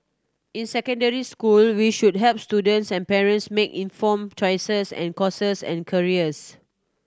in secondary school we should help students and parents make informed choices and courses and careers